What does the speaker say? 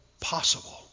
possible